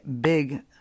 Big